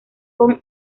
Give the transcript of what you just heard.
con